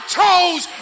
toes